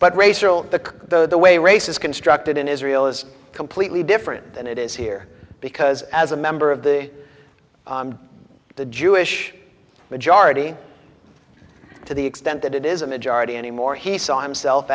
but racial the the way race is constructed in israel is completely different than it is here because as a member of the the jewish majority to the extent that it is a majority anymore he saw himself